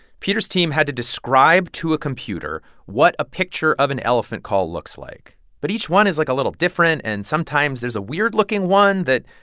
peter's team had to describe to a computer what a picture of an elephant call looks like. but each one is, like, a little different. and sometimes there's a weird-looking one that,